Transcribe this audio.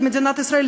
כמדינת ישראל,